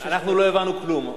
אנחנו לא הבנו כלום.